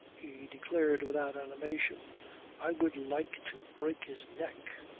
he declared without animation i would like to break his neck.